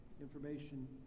Information